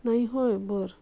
नाही होय बर